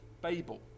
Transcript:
Babel